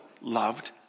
loved